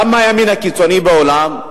גם הימין הקיצוני בעולם,